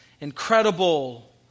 incredible